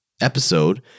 episode